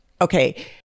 Okay